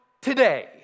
today